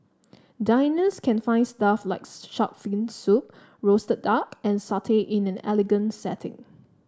diners can find stuff like shark fin soup roasted duck and satay in an elegant setting